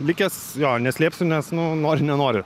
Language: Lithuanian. likęs jo neslėpsiu nes nu nori nenori